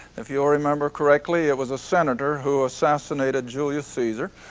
if you remember correctly it was a senator who assassinated julius caesar.